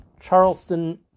Charleston